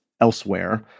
elsewhere